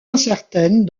incertaine